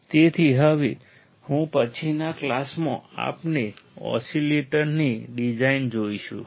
તેથી હવે પછીના ક્લાસમાં આપણે ઓસીલેટરની ડીઝાઈન જોઈશું